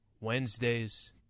Wednesdays